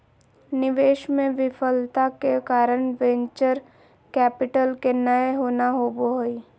निवेश मे विफलता के कारण वेंचर कैपिटल के नय होना होबा हय